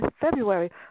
February